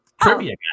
trivia